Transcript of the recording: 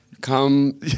come